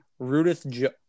Rudith